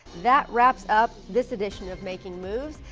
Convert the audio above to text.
that wraps up this edition of making moves.